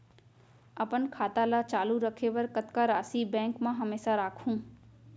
अपन खाता ल चालू रखे बर कतका राशि बैंक म हमेशा राखहूँ?